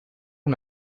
una